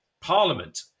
parliament